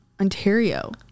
Ontario